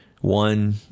One